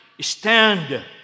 stand